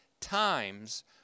times